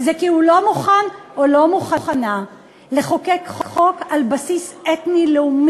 זה כי הוא לא מוכן או לא מוכנה לחוקק חוק על בסיס אתני-לאומי.